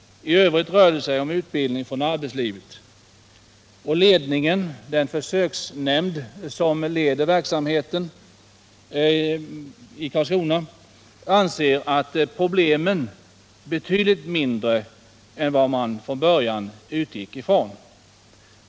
I övrigt rör det sig om utbildning från arbetslivet. Den försöksnämnd som leder verksamheten i Karlskrona anser att problemen är betydligt mindre än vad man från början utgick ifrån.